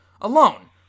alone